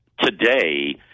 today